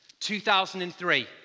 2003